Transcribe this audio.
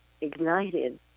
ignited